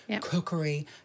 cookery